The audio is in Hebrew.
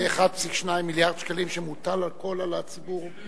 זה 1.2 מיליארד שקלים שמוטלים, הכול על הציבור.